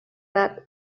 that